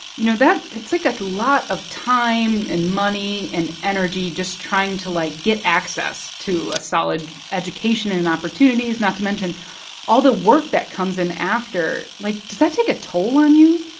you know, that it's, like, a lot of time and money and energy just trying to like get access to a solid education and opportunities, not to mention all the work that comes in after. like, does that take a toll on you?